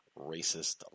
racist